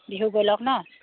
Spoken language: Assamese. বিহু গৈ লওক ন